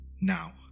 Now